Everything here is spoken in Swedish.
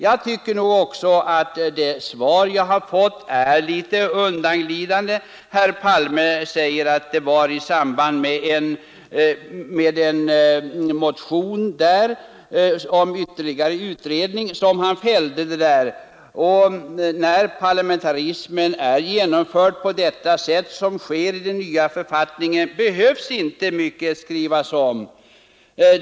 Jag tycker också att det svar jag fått är litet undanglidande. Herr Palme säger att uttalandet gjordes i samband med en motion om ytterligare utredning om statschefens ställning och fortsätter: ”När parlamentarismen är genomförd på det sätt som sker i den nya författningen behöver inte mycket skrivas om.